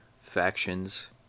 factions